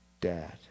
dad